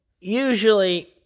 usually